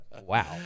Wow